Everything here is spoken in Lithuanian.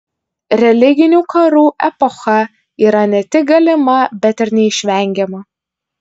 religinių karų epocha yra ne tik galima bet ir neišvengiama